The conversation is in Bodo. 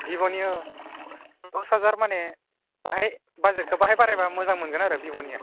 भिभ'नि औ दस हाजार माने बाहाय बाजेटखौ बाहाय बारायबा मोजां मोनगोन आरो भिभ'निया